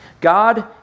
God